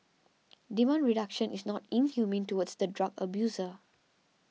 demand reduction is not inhumane towards the drug abuser